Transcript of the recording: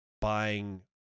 buying